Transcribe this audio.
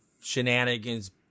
shenanigans